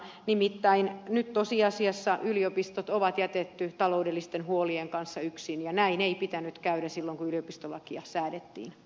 nimittäin nyt tosiasiassa yliopistot on jätetty taloudellisten huolien kanssa yksin ja näin ei pitänyt käydä silloin kun yliopistolakia säädettiin